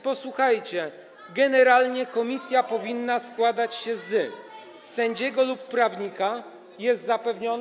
Posłuchajcie: generalnie komisja powinna składać się z sędziego lub prawnika - jest zapewnione?